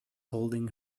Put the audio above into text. holding